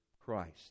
Christ